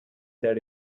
that